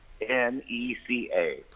N-E-C-A